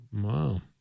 Wow